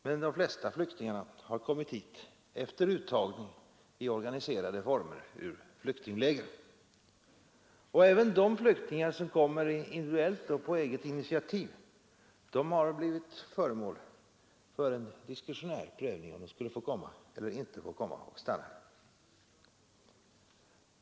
Men de flesta flyktingarna har kommit hit efter uttagning i organiserade former i flyktingläger. Även de flyktingar som kommer hit individuellt och på eget initiativ har blivit föremål för diskretionär prövning om de skulle få komma eller inte få komma och stanna.